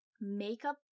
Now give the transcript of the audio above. Makeup